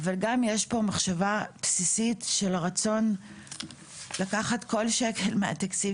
יש פה גם רצון בסיסי לקחת כל שקל מהתקציב